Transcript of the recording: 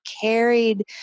carried